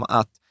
att